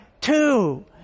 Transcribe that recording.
two